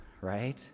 right